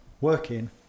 working